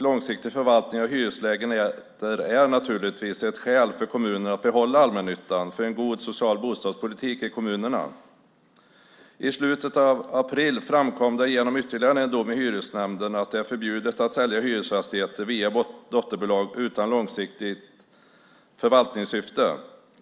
Långsiktig förvaltning av hyreslägenheter är naturligtvis ett skäl för kommunerna att behålla allmännyttan som ger en god social bostadspolitik i kommunerna. I slutet av april framkom det genom ytterligare en dom i hyresnämnden att det är förbjudet att sälja hyresfastigheter via dotterbolag utan långsiktigt förvaltningssyfte.